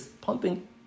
pumping